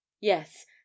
Yes